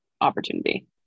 opportunity